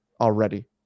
already